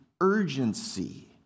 urgency